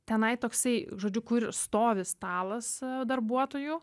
tenai toksai žodžiu kur stovi stalas darbuotojų